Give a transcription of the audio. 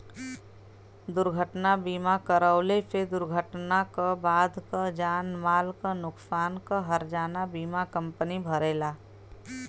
दुर्घटना बीमा करवले से दुर्घटना क बाद क जान माल क नुकसान क हर्जाना बीमा कम्पनी भरेला